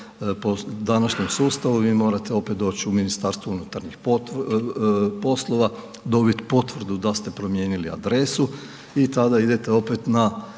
po današnjem sustavu vi morate opet doć u MUP, dobit potvrdu da ste promijenili adresu i tada idete opet na